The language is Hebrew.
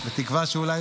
בתקווה שאולי